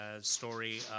story